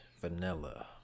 vanilla